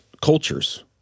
cultures